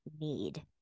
need